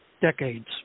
decades